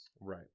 Right